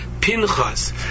Pinchas